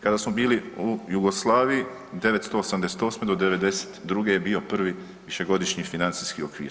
Kada smo bili u Jugoslaviji, 988.-'92. je bio prvi višegodišnji financijski okvir.